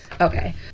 Okay